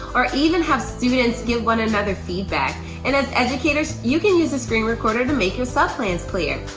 or even have students give one another feedback. and as educators, you can use the screen recorder to make your sub plans clear.